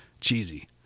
Cheesy